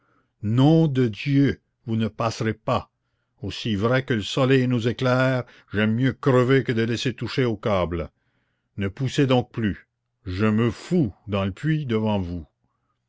nom de dieu vous ne passerez pas aussi vrai que le soleil nous éclaire j'aime mieux crever que de laisser toucher aux câbles ne poussez donc plus je me fous dans le puits devant vous